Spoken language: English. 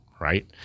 right